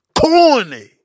Corny